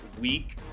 week